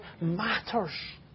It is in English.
matters